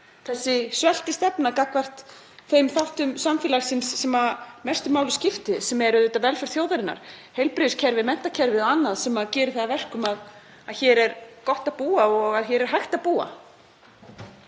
þessi sveltistefna gagnvart þeim þáttum samfélagsins sem mestu máli skipta, sem er auðvitað velferð þjóðarinnar, heilbrigðiskerfið, menntakerfið og annað sem gerir það að verkum að hér er gott að búa og að hér er hægt að búa.